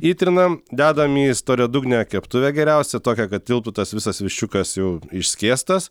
įtrinam dedam į storiadugnę keptuvę geriausia tokią kad tilptų tas visas viščiukas jau išskėstas